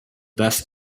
thus